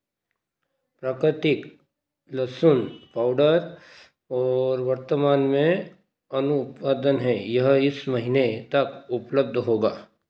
प्राकृतिक लहसुन पउडर और वर्तमान में अनु पादन है यह इस महीने तक उपलब्ध होगा